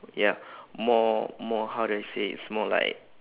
ya more more how do I say it's more like